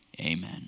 Amen